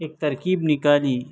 ایک ترکیب نکالی